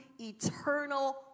eternal